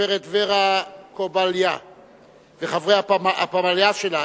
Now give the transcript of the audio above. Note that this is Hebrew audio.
הגברת ורה קובליה וחברי הפמליה שלה.